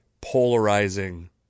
polarizing